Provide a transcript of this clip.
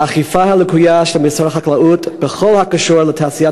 האכיפה הלקויה של משרד החקלאות בכל הקשור לתעשיית